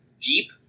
deep-